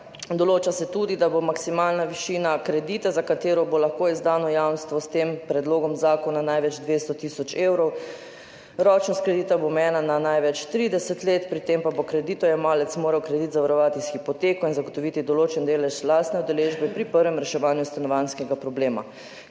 Določa se tudi, da bo maksimalna višina kredita, za katero bo lahko izdano jamstvo, s tem predlogom zakona največ 200 tisoč evrov, ročnost kredita bo omejena na največ 30 let, pri tem pa bo kreditojemalec moral kredit zavarovati s hipoteko in zagotoviti določen delež lastne udeležbe pri prvem reševanju stanovanjskega problema.